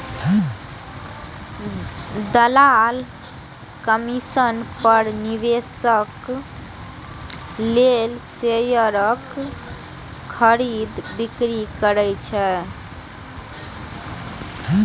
दलाल कमीशन पर निवेशक लेल शेयरक खरीद, बिक्री करै छै